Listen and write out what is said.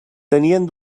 tenien